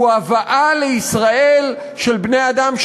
הוא הבאה לישראל של בני-אדם,